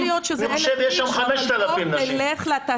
אני חושב שבחברה שם יש 5,000 נשים.